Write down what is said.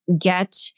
get